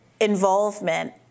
involvement